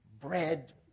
bread